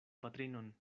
patrinon